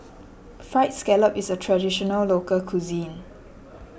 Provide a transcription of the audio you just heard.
Fried Scallop is a Traditional Local Cuisine